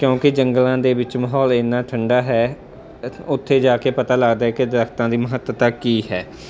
ਕਿਉਂਕਿ ਜੰਗਲਾਂ ਦੇ ਵਿੱਚ ਮਾਹੌਲ ਇੰਨਾਂ ਠੰਡਾ ਹੈ ਇੱਥੇ ਉੱਥੇ ਜਾ ਕੇ ਪਤਾ ਲੱਗਦਾ ਹੈ ਕਿ ਦਰੱਖਤਾਂ ਦੀ ਮਹੱਤਤਾ ਕੀ ਹੈ